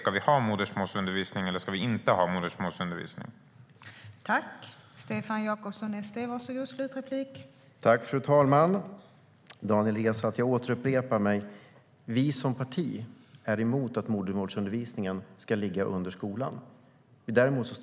Ska vi ha modersmålsundervisning, eller ska vi inte ha modersmålsundervisning?